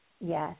yes